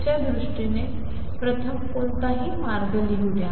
च्या दृष्टीने प्रथम कोणताही मार्ग द्या